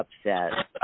upset